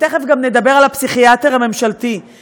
ותכף גם נדבר על הפסיכיאטר הממשלתי,